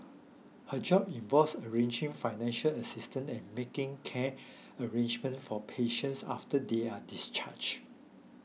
her job involves arranging financial assistance and making care arrangements for patients after they are discharged